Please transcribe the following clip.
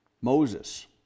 Moses